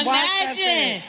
Imagine